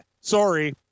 Sorry